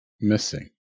missing